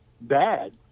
bad